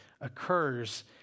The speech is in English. occurs